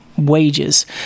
wages